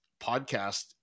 podcast